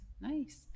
nice